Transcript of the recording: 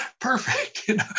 perfect